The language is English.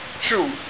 True